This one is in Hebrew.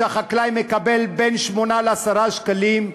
שהחקלאי מקבל עליו בין 8 ל-10 שקלים,